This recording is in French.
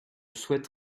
souhaite